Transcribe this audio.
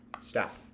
Stop